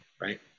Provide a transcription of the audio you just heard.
right